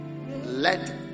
let